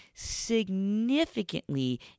significantly